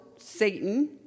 Satan